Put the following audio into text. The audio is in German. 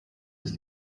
ist